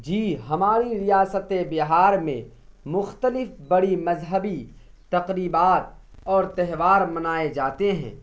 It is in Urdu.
جی ہماری ریاست بہار میں مختلف بڑی مذہبی تقریبات اور تہوار منائے جاتے ہیں